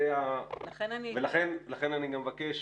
ולכן אני מבקש